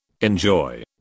Enjoy